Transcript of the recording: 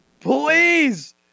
please